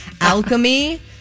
Alchemy